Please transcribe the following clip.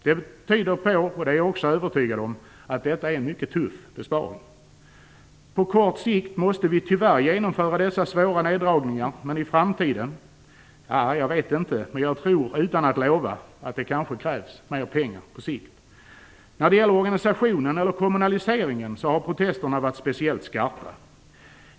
Det tyder på att detta är en mycket tuff besparing, och det är jag också övertygad om. På kort sikt måste vi tyvärr genomföra dessa svåra nerdragningar. I framtiden tror jag, utan att lova, att det kanske krävs mer pengar på sikt. När det gäller organisationen eller kommunaliseringen har protesterna varit speciellt skarpa.